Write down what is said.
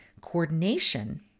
Coordination